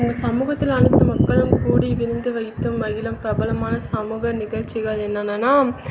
நம்ம சமூகத்தில் அனைத்து மக்களும் கூடி விருந்து வைத்து மகிழும் பிரபலமான சமூக நிகழ்ச்சிகள் என்னெனன்னா